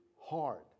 hard